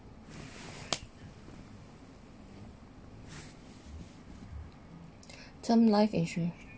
term life insurance